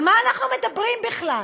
על מה אנחנו מדברים בכלל?